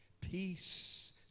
peace